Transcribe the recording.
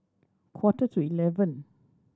quarter to eleven